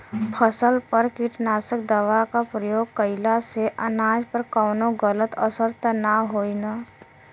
फसल पर कीटनाशक दवा क प्रयोग कइला से अनाज पर कवनो गलत असर त ना होई न?